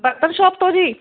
worker shop ਤੋਂ ਜੀ